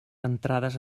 entrades